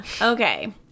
Okay